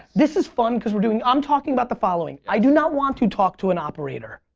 this is fun because were doing, i'm talking about the following, i do not want to talk to an operator.